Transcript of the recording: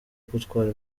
gutwara